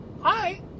Hi